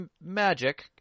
magic